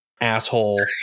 asshole